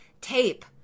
tape